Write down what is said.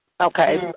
Okay